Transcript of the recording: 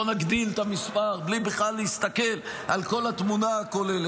בוא נגדיל את המספר בלי להסתכל בכלל על כל התמונה הכוללת.